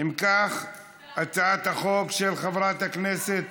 אם כך, הצעת החוק של חברת הכנסת